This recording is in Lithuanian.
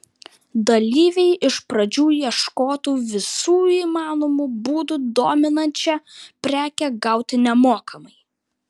dalyviai iš pradžių ieškotų visų įmanomų būdų dominančią prekę gauti nemokamai